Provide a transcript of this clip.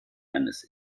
eines